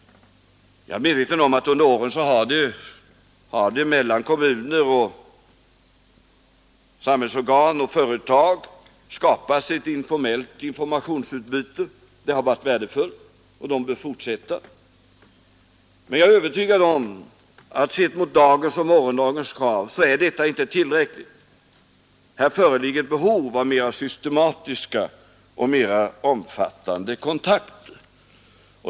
Jag är medveten om att det under åtskilliga år mellan kommuner, samhällsorgan och företag har skapats ett informellt informationsutbyte som har varit värdefullt, och det bör fortsätta. Men jag är övertygad om att detta sett mot dagens och morgondagens krav inte är tillräckligt. Här föreligger ett behov av mera systematiska och omfattande kontakter.